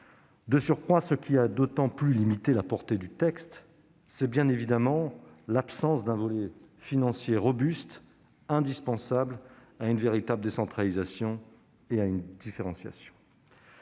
De surcroît, ce qui a d'autant plus limité la portée du texte est bien évidemment l'absence d'un volet financier robuste, indispensable à une véritable décentralisation et à une différenciation.